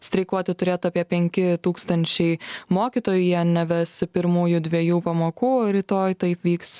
streikuoti turėtų apie penki tūkstančiai mokytojų jie neves pirmųjų dviejų pamokų rytoj taip vyks